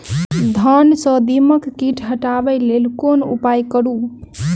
धान सँ दीमक कीट हटाबै लेल केँ उपाय करु?